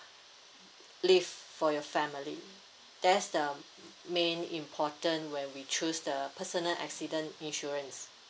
leave for your family that's the main important when we choose the personal accident insurance